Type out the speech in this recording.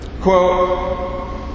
Quote